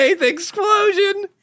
Explosion